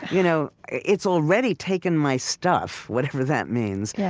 you know it's already taken my stuff, whatever that means. yeah